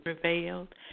prevailed